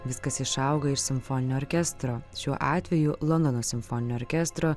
viskas išaugo iš simfoninio orkestro šiuo atveju londono simfoninio orkestro